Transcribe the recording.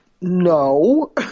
No